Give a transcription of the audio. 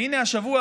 והינה השבוע,